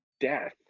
death